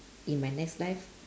in my next life